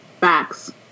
Facts